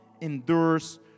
endures